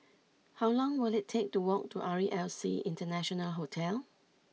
how long will it take to walk to R E L C International Hotel